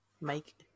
make